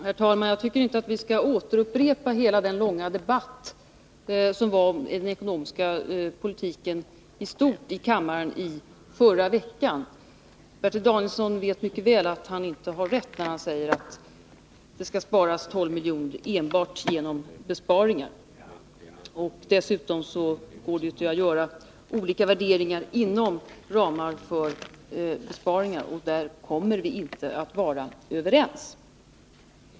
Herr talman! Jag tycker inte att vi skall upprepa hela den långa debatt om den ekonomiska politiken i stort som hölls i kammaren förra veckan. Bertil Danielsson vet mycket väl att han inte har rätt när han säger att det skall åstadkommas 12 miljoner enbart genom besparingar. Dessutom går det att göra olika värderingar inom ramarna för besparingarna, och där kommer vi inte att vara överens.